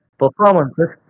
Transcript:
performances